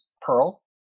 Pearl